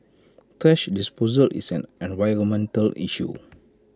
thrash disposal is an environmental issue